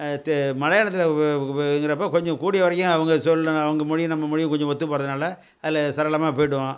தெ மலையாளத்தில் இங்கறப்ப கொஞ்சம் கூடிய வரைக்கும் அவங்க சொல்கிற அவங்க மொழியும் நம்ம மொழியும் கொஞ்சம் ஒற்று போகிறதுனால அதில் சரளமாக போயிடுவோம்